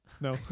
No